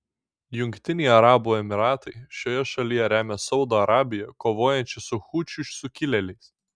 jungtiniai arabų emyratai šioje šalyje remia saudo arabiją kovojančią su hučių sukilėliais